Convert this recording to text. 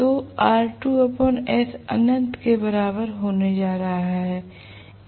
तो R2 s अनंत के बराबर होने जा रहा है